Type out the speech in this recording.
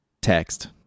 text